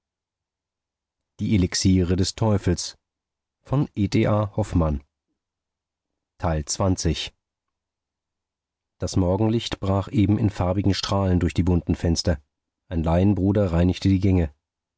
das morgenlicht brach eben in farbigen strahlen durch die bunten fenster ein laienbruder reinigte die gänge